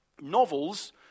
Novels